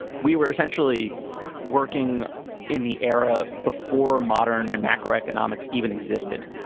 we were essentially working in the era before modern and macroeconomics even existed.